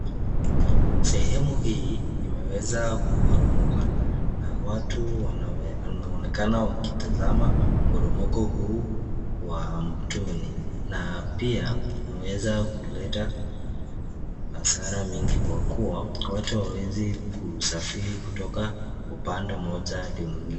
Sehemu hii imeweza kuporomoka na watu wanaonekana wakitazama mporomoko huu wa mtoni, na pia umeweza kuleta hasara mingi kwa kuwa watu hawawezi kusafiri kutoka Upande mmoja hadi mwingine.